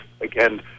again